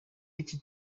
y’iki